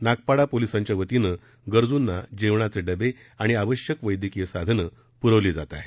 नागपाडा पोलीसांच्या वतीन गरजूंना जेवणाचे डबे आणि आवश्यक वैद्यकीय साधन पुरवली जात आहेत